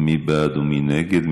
מי בעד ומי נגד?